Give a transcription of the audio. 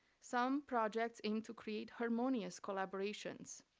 some projects aim to create harmonious collaborations.